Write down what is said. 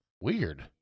Weird